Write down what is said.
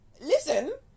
listen